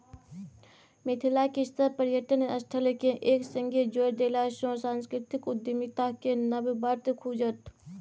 मिथिलाक सभ पर्यटन स्थलकेँ एक संगे जोड़ि देलासँ सांस्कृतिक उद्यमिताक नब बाट खुजत